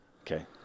Okay